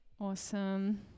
Awesome